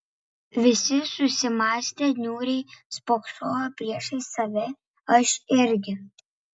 visi susimąstę niūriai spoksojo priešais save aš irgi